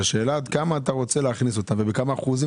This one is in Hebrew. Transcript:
אז השאלה עד כמה אתה רוצה להכניס אותם ובכמה אחוזים